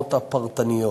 הדוגמאות הפרטניות.